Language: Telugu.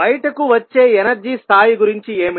బయటకు వచ్చే ఎనర్జీ స్థాయి గురించి ఏమిటి